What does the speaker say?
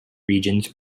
regions